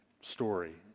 story